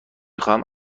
خواهم